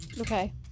Okay